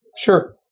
sure